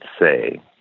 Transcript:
say